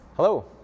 Hello